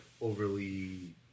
Overly